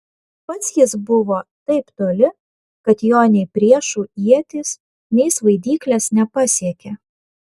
pats jis buvo taip toli kad jo nei priešų ietys nei svaidyklės nepasiekė